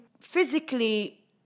Physically